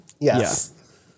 Yes